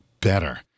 better